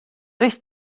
does